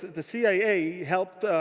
the cia helped